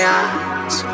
eyes